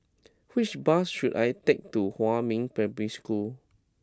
which bus should I take to Huamin Primary School